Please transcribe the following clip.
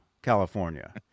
California